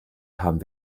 haben